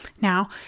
Now